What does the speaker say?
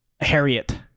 harriet